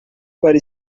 para